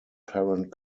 parent